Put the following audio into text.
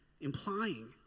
Implying